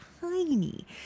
tiny